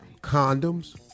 Condoms